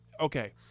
okay